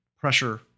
pressure